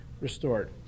restored